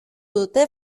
dute